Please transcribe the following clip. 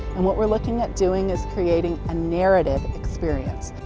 and what we're looking at doing is creating a narrative experience.